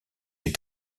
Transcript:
est